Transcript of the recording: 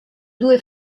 due